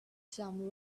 some